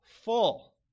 full